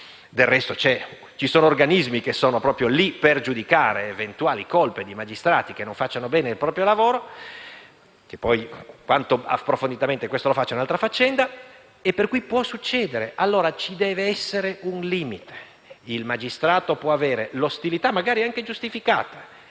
Del resto, ci sono organismi che sono lì per giudicare eventuali colpe di magistrati che non facciano bene il proprio lavoro (poi quanto approfonditamente lo facciano è un'altra faccenda), quindi può succedere. Ci deve essere allora un limite. Il magistrato può avere un'ostilità, magari anche giustificata.